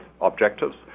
objectives